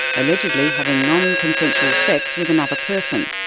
allegedly having non-consensual sex with another person.